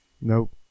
Nope